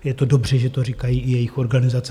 Je to dobře, že to říkají i jejich organizace.